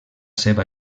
seva